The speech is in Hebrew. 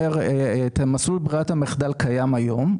מסלול בררת המחדל קיים היום,